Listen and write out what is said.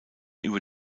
über